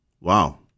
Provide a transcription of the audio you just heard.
wow